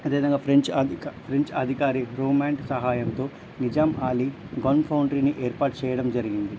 అదే విధంగా ఫ్రెంచ్ అధికారి ఫ్రెంచ్ అధికారి రేమాండ్ సహాయంతో నిజాం ఆలీ గన్ఫౌండ్రీని ఏర్పాటు చేయడం జరిగింది